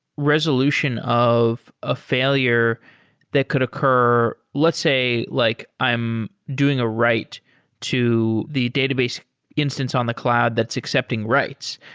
resolution of a failure that could occur. let's say like i'm doing a write to the database instance on the cloud that's accepting writes.